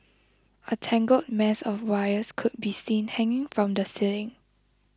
a tangled mess of wires could be seen hanging from the ceiling